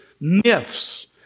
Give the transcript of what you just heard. myths